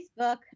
Facebook